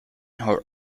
her